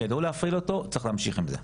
הם ידעו להפעיל אותו וצריך להמשיך עם זה.